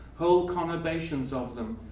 whole conurbations of them,